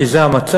כי זה המצב,